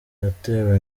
yatewe